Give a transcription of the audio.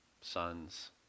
Sons